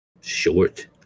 short